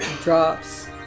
Drops